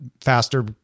faster